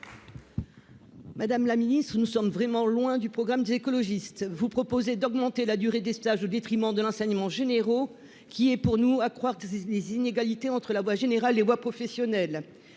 Madame la ministre, nous sommes vraiment loin du programme des écologistes ! Vous proposez d'augmenter la durée des stages au détriment des enseignements généraux, ce qui revient, à nos yeux, à accroître les inégalités entre la voie générale et les voies professionnelles.